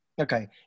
Okay